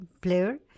player